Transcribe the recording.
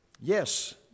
yes